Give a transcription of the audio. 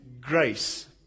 grace